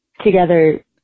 together